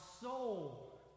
soul